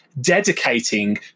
dedicating